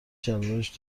شلوارش